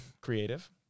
creative